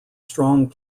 strong